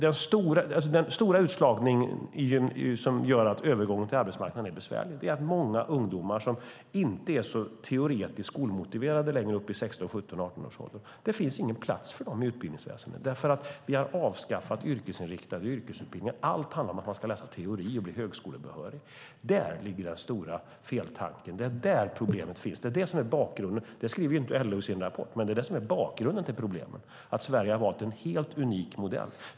Den stora utslagning som gör att övergången till arbetsmarknaden är besvärlig är att många ungdomar inte är så teoretiskt skolmotiverade längre i 16-, 17 och 18-årsåldern. Det finns ingen plats för dem i utbildningsväsendet. Vi har avskaffat yrkesinriktade utbildningar. Allt handlar om att man ska läsa teori och bli högskolebehörig. Där ligger den stora feltanken. Det är där problemet finns. Det är bakgrunden. Det skriver inte LO i sin rapport. Bakgrunden till problemen är att Sverige har valt en helt unik modell.